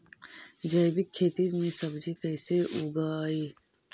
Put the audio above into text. जैविक खेती में सब्जी कैसे उगइअई?